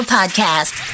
Podcast